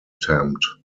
attempt